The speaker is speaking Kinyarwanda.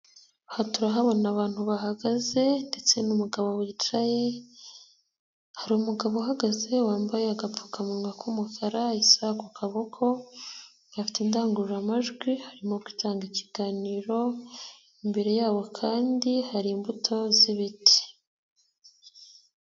Aha turahabona abantu bahagaze ndetse n'umugabo wicaye, hari umugabo uhagaze wambaye agapfukamunwa k'umukara, isaha ku kaboko gafite indangururamajwi arimo gutanga ikiganiro, imbere yabo kandi hari imbuto z'ibiti.